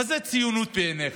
מה זה ציונות בעיניך?